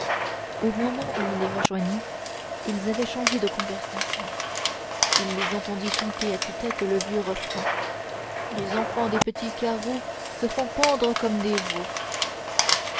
au moment où il les rejoignit ils avaient changé de conversation il les entendit chanter à tue-tête le vieux refrain les enfants des petits carreaux se font pendre comme des veaux